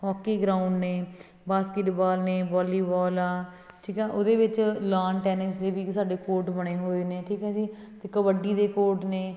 hockey ground ਨੇ basketball ਨੇ volleyball ਆ ਠੀਕ ਆ ਉਹਦੇ ਵਿੱਚ ਲਾਨ ਟੈਨਿਸ ਦੇ ਵੀ ਸਾਡੇ ਕੋਟ ਬਣੇ ਹੋਏ ਨੇ ਠੀਕ ਆ ਜੀ ਅਤੇ ਕਬੱਡੀ ਦੇ ਕੋਟ ਨੇ